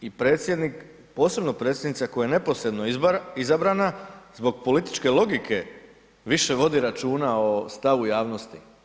i predsjednik, posebno predsjednica koja je neposredno izabrana zbog političke logike više vodi računa o stavu u javnosti.